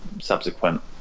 subsequent